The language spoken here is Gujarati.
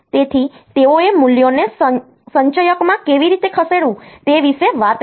તેથી તેઓએ મૂલ્યોને સંચયકમાં કેવી રીતે ખસેડવું તે વિશે વાત કરી